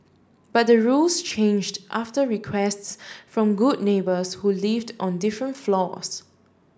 but the rules changed after requests from good neighbours who lived on different floors